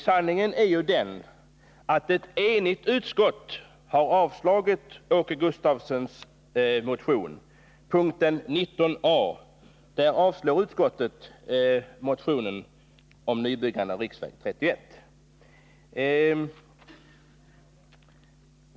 Sanningen är den att ett enigt utskott under punkten 19 a har avstyrkt Åke Gustavssons motion om nybyggande av riksväg 31.